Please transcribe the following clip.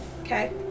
Okay